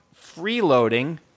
freeloading